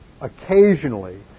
occasionally